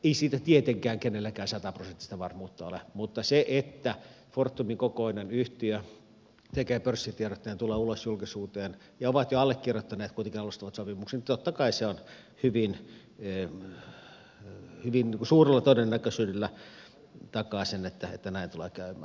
ei siitä tietenkään kenelläkään sataprosenttista varmuutta ole mutta se että fortumin kokoinen yhtiö tekee pörssitiedotteen tulee ulos julkisuuteen ja on allekirjoittanut kuitenkin alustavat sopimukset totta kai hyvin suurella todennäköisyydellä takaa sen että näin tulee käymään